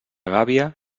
gàbia